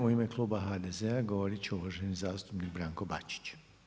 U ime kluba HDZ-a govorit će uvaženi zastupnik Branko Bačić.